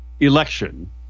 Election